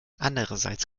andererseits